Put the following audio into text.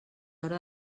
hora